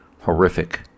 horrific